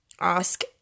ask